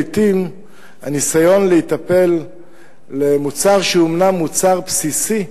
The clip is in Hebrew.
לעתים הניסיון להיטפל למוצר שהוא אומנם מוצר בסיסי,